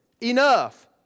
enough